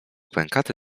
pękaty